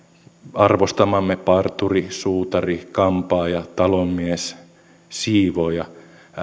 arvostamamme parturi suutari kampaaja talonmies siivooja